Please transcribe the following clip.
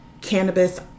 cannabis